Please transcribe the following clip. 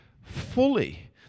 fully